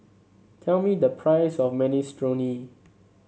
tell me the price of Minestrone